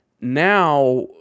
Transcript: Now